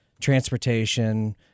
transportation